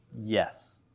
Yes